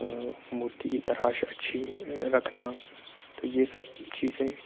مورتی کی تراش اچھی رکھنا تو یہ سب چیزیں